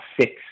six